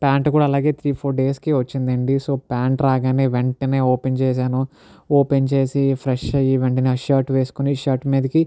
pant కూడా అలాగే three four డేస్కి వచ్చింది అండి సో ప్యాంట్ రాగానే వెంటనే ఓపెన్ చేశాను ఓపెన్ చేశాను ఫ్రెష్ అయి వెంటనే ఆ షర్ట్ వేసుకొని షర్ట్ మీదకి